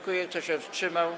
Kto się wstrzymał?